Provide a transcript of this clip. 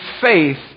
faith